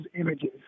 images